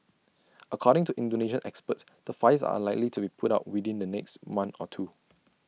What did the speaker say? according to Indonesian experts the fires are unlikely to be put out within the next month or two